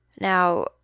Now